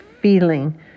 feeling